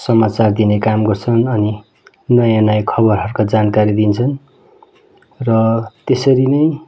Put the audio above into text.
समाचार दिने काम गर्छन् अनि नयाँ नयाँ खबरहरूको जानकारी दिन्छन् र त्यसरी नै